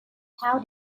how